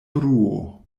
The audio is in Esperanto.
bruo